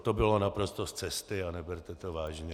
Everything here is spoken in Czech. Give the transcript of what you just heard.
To bylo naprosto z cesty a neberte to vážně.